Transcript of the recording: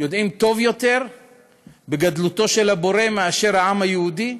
יודעים טוב יותר את גדלותו של הבורא מאשר העם היהודי?